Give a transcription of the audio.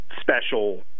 special